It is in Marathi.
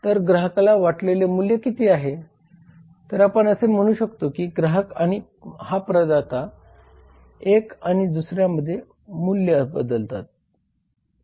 तर ग्राहकाला वाटलेले मूल्य किती आहे तर आपण असे म्हणू शकतो की ग्राहक आणि हा प्रदाता एक आणि दुसर्यामध्ये मूल्य बदलतात